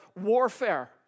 warfare